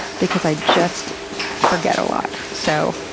because i just forget a lot. so,